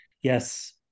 yes